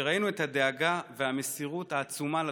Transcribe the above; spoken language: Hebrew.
כשראינו את הדאגה והמסירות העצומה לתושבים: